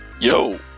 yo